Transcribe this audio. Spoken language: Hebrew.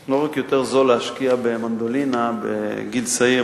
שלא רק יותר זול להשקיע במנדולינה בגיל צעיר,